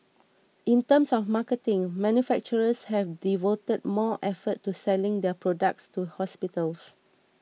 in terms of marketing manufacturers have devoted more effort to selling their products to hospitals